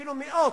אפילו מאות,